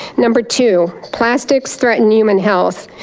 number two, plastics threaten human health.